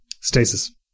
Stasis